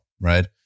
right